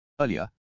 Earlier